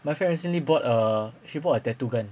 my friend recently bought a she bought a tattoo gun